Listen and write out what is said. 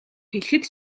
хэлэхэд